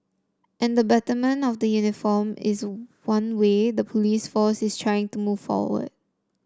and the betterment of the uniform is one way the police force is trying to move forward